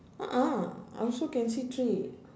a'ah I also can see three